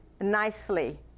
nicely